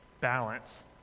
balance